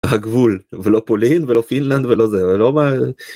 הגבול ולא פולין ולא פינלנד ולא זה ולא מה.